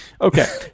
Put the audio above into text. Okay